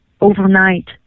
overnight